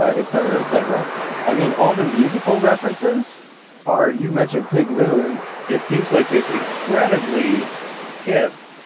ah et cetera, et cetera i mean, all the musical references are you mentioned pig moon it seems like this incredibly hip,